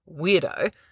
weirdo